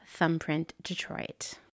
ThumbprintDetroit